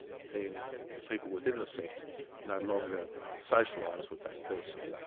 then the people within the sect no longer socialise with that person,